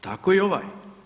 Tako i ovaj.